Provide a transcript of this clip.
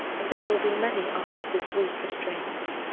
and there will be many after this week for the trains.